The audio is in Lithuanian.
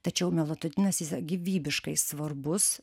tačiau melatoninas jis yra gyvybiškai svarbus